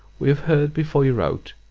we have heard before you wrote,